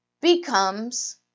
becomes